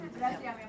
gracias